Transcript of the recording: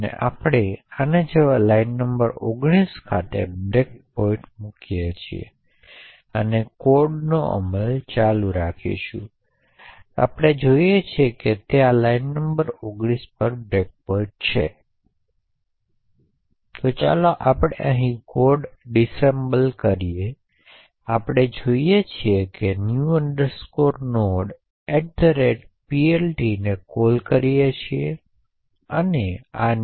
તેથી અંત પ્રારંભ તમને આ 8 સૂચનાઓને અમલમાં મૂકવા માટે જરૂરી સમય આપે છે અને આપણે જોઇશું કે સૂચનોના આ સેટ માટે રેકોર્ડ કરેલો સમય ખૂબ ઘોંઘાટીભર્યો હોઈ શકે